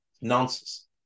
Nonsense